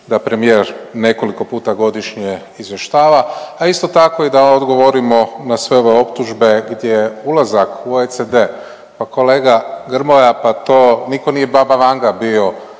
da premijer nekoliko puta godišnje izvještava, a isto tako i da odgovorimo na sve ove optužbe gdje ulazak u OECD pa kolega Grmoja pa to nitko nije Baba Vanga bio